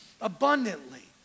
abundantly